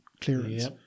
clearance